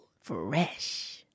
Fresh